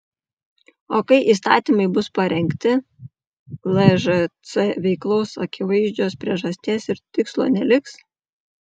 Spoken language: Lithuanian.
o kai įstatymai bus parengti lžc veiklos akivaizdžios priežasties ir tikslo neliks